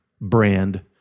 brand